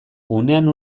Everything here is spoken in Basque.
unean